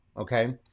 okay